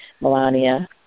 Melania